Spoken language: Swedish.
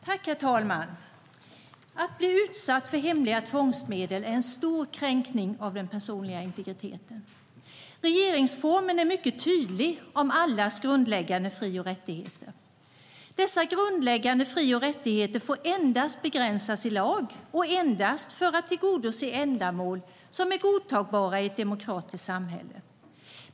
Herr talman! Att bli utsatt för hemliga tvångsmedel är en stor kränkning av den personliga integriteten. Regeringsformen är mycket tydlig om allas grundläggande fri och rättigheter. Dessa grundläggande fri och rättigheter får endast begränsas i lag och endast för att tillgodose ändamål som är godtagbara i ett demokratiskt samhälle.